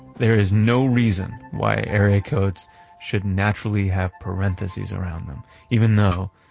there is no reason why area codes should naturally have parentheses around them even though,